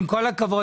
עם כל הכבוד,